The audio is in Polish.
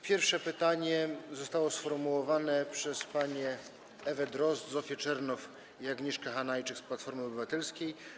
Pierwsze pytanie zostało sformułowane przez panie poseł Ewę Drozd, Zofię Czernow i Agnieszkę Hanajczyk z Platformy Obywatelskiej.